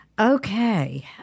okay